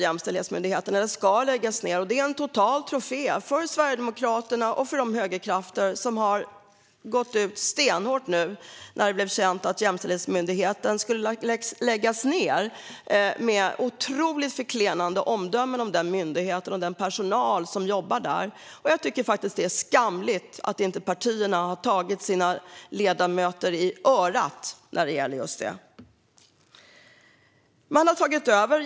Jämställdhetsmyndigheten ska alltså läggas ned, vilket är en total trofé för Sverigedemokraterna och för de högerkrafter som har gått ut stenhårt nu när det blev känt att Jämställdhetsmyndigheten skulle läggas ned. Det har kommit otroligt förklenande omdömen om myndigheten och dess personal, och jag tycker att det är skamligt att inte partierna har tagit sina ledamöter i örat när det gäller just det.